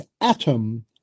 atom